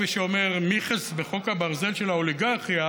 כפי שאומר מיכלס בחוק הברזל של האוליגרכיה,